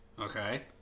Okay